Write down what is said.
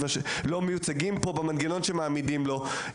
לא מיוצגים פה במנגנון שמעמידים לו.